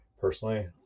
personally